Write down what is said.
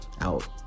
out